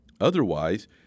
Otherwise